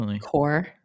core